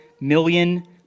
million